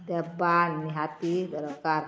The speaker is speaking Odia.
ଦେବା ନିହାତି ଦରକାର